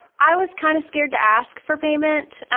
i was kind of scared to ask for payment,